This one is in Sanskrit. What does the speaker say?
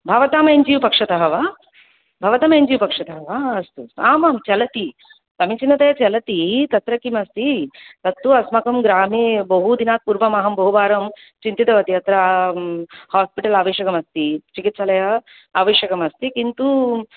भवतां एन् जि ओ पक्षतः वा भवतां एन् जि ओ पक्षतः वा अस्तु आमां चलति समीचिनतया चलति तत्र किमस्ति तत्तु अस्माकं ग्रामे बहु दिनात् पूर्वमहं बहु वारं चिन्तितवती अत्र हास्पिटल् आवश्यकमस्ति चिकित्सालयः आवश्यकमस्ति किन्तु